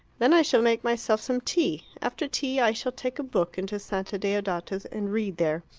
then i shall make myself some tea. after tea i shall take a book into santa deodata's, and read there.